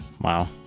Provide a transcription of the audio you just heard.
Wow